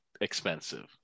expensive